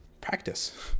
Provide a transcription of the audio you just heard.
Practice